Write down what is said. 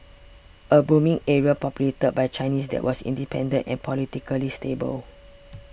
a booming area populated by Chinese that was independent and politically stable